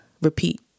repeat